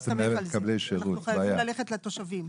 חייבים ללכת לתושבים.